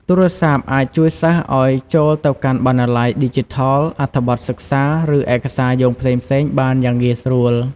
ទូរស័ព្ទអាចជួយសិស្សឲ្យចូលទៅកាន់បណ្ណាល័យឌីជីថល អត្ថបទសិក្សា ឬឯកសារយោងផ្សេងៗបានយ៉ាងងាយស្រួល។